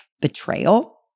betrayal